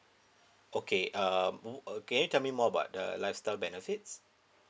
okay um oh okay tell me more about the lifestyle benefits